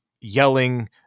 yelling